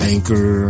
Anchor